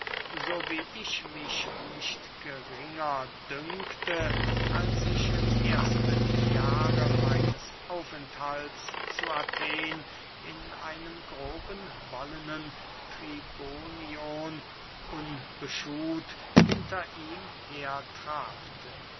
so wie ich mich nicht geringer dünkte als ich im ersten jahre meines aufenthalts zu athen in einem groben wollenen tribonion unbeschuht hinter ihm her trabte